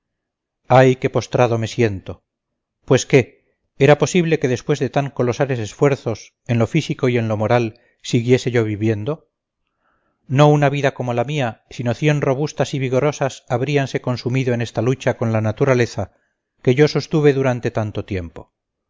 ay qué postrado me siento pues qué era posible que después de tan colosales esfuerzos en lo físico y en lo moral siguiese yo viviendo no una vida como la mía sino cien robustas y vigorosas habríanse consumido en esta lucha con la naturaleza que yo sostuve durante tanto tiempo